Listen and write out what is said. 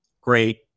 great